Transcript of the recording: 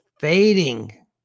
fading